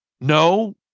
No